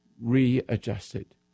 readjusted